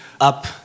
up